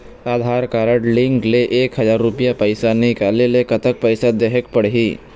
आधार card link ले एक हजार रुपया पैसा निकाले ले कतक पैसा देहेक पड़ही?